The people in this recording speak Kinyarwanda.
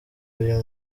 uyu